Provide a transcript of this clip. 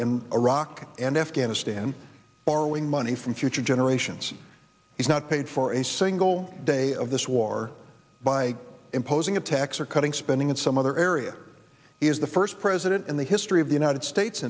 in iraq and afghanistan borrowing money from future generations is not paid for a single day of this war by imposing a tax or cutting spending in some other area is the first president in the history of the united states